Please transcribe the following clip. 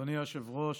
אדוני היושב-ראש,